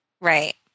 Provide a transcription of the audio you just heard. Right